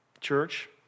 Church